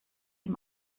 ihm